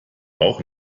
auch